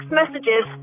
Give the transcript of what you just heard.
messages